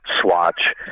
swatch